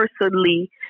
personally